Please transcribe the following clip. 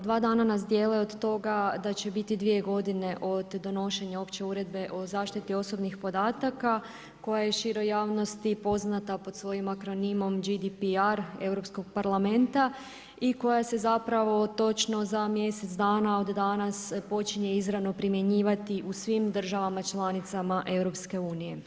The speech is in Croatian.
Dva dana nas dijele od toga da će biti 2 godine od donošenja opće uredbe o zaštiti osobnih podataka koja je široj javnosti poznata pod svojim akronimom GDPR Europskog parlamenta i koja se točno za mjesec dana od danas počinje izravno primjenjivati u svim državama članicama EU.